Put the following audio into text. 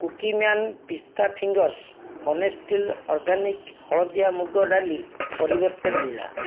Cookieman ପିସ୍ତା fingers honestly organic ହଳଦିଆ ମୁଗ ଡାଲି ପରିବର୍ତ୍ତେ ମିଳିଲା